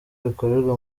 bikorera